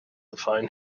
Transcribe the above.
find